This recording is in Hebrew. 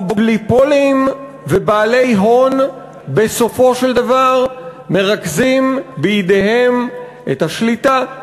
אוליגופולים ובעלי הון בסופו של דבר מרכזים בידיהם את השליטה,